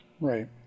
Right